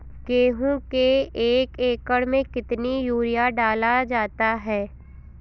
गेहूँ के एक एकड़ में कितना यूरिया डाला जाता है?